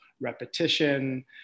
repetition